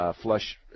flush